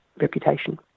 reputation